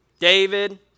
David